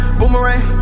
Boomerang